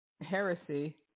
heresy